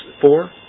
four